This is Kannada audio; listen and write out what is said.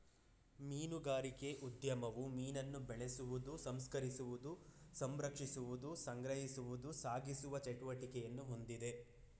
ಮೀನುಗಾರಿಕೆ ಉದ್ಯಮವು ಮೀನನ್ನು ಬೆಳೆಸುವುದು ಸಂಸ್ಕರಿಸಿ ಸಂರಕ್ಷಿಸುವುದು ಸಂಗ್ರಹಿಸುವುದು ಸಾಗಿಸುವ ಚಟುವಟಿಕೆಯನ್ನು ಹೊಂದಿದೆ